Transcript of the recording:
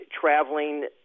traveling